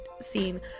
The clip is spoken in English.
scene